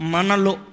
Manalo